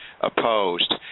opposed